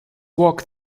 walk